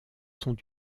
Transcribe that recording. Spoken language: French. sont